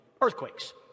Earthquakes